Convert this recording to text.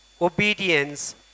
obedience